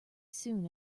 soon